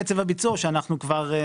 קצב הביצוע הוא כזה,